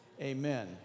Amen